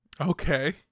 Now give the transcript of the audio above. okay